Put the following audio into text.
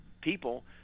People